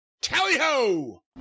Tally-ho